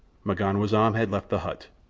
m'ganwazam had left the hut.